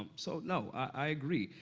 um so, no, i agree.